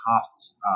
costs